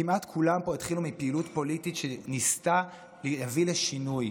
כמעט כולם פה התחילו מפעילות פוליטית שניסתה להביא לשינוי,